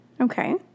Okay